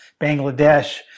Bangladesh